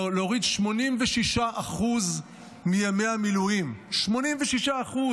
להוריד 86% מימי המילואים, 86%,